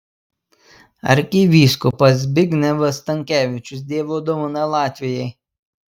arkivyskupas zbignevas stankevičius dievo dovana latvijai